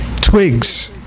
Twigs